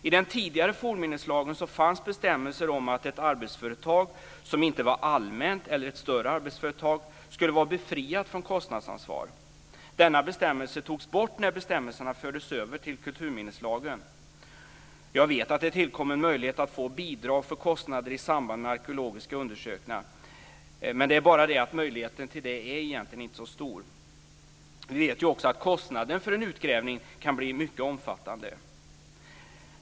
I den tidigare fornminneslagen fanns bestämmelser om att ett arbetsföretag, som inte var allmänt eller ett större arbetsföretag, skulle vara befriat från kostnadsansvar. Denna bestämmelse togs bort när bestämmelserna fördes över till kulturminneslagen. Jag vet att det tillkom en möjlighet att få bidrag för kostnader i samband med arkeologiska undersökningar. Det är bara det att den möjligheten egentligen inte är så stor. Vi vet också att kostnaden för en utgrävning kan bli mycket omfattande.